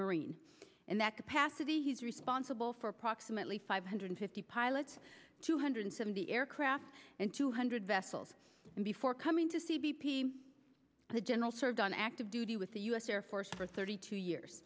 marine in that capacity he's responsible for approximately five hundred fifty pilots two hundred seventy aircraft and two hundred vessels before coming to see b p the general served on active duty with the u s air force for thirty two years